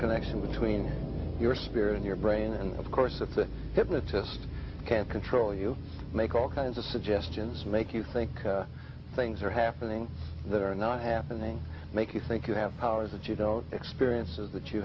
connection between your spirit and your brain and of course that the hypnotist can control you make all kinds of suggestions make you think things are happening that are not happening make you think you have powers that you know experiences that you